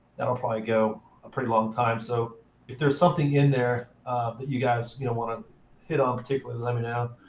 that'll probably go a pretty long time. so if there's something in there that you guys you know want to hit on particularly, let me know.